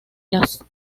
las